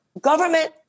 government